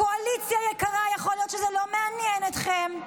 קואליציה יקרה, יכול להיות שזה לא מעניין אתכם,